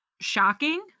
shocking